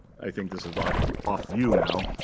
i think this is ah off-view now.